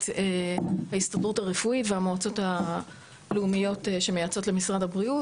ההסתדרות הרפואית והמועצות הלאומיות שמייעצות למשרד הבריאות,